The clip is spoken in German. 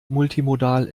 multimodal